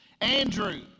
Andrew